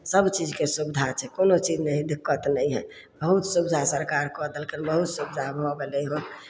सभचीजके सुविधा छै कोनो चीजमे दिक्कत नहि हइ बहुत सुविधा सरकार कऽ देलकै हन बहुत सुविधा भऽ गेलै हन